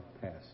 passed